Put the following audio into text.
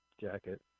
jacket